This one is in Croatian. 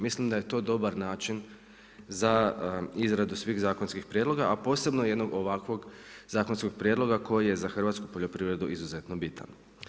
Mislim da je to dobar način za izradu svih zakonskih prijedloga, a posebno jednog ovakvog zakonskog prijedloga koji je za hrvatsku poljoprivredu izuzetno bitan.